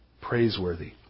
Praiseworthy